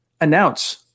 Announce